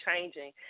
changing